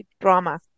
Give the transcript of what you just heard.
drama